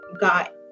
got